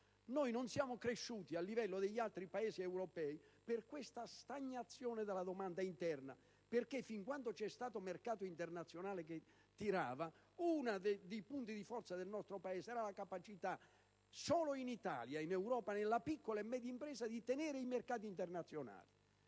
noi non siamo cresciuti al livello degli altri Paesi europei per questa stagnazione della domanda interna, perché fin quando il mercato internazionale ha tirato, uno dei punti di forza del nostro Paese è stata la capacità della piccola e media impresa di tenere i mercati esteri.